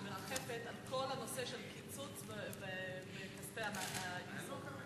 שמרחפת על כל הנושא של קיצוץ בכספי האיזון?